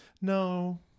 No